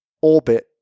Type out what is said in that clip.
orbit